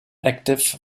active